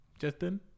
Justin